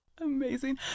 Amazing